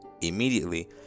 Immediately